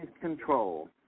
control